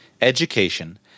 education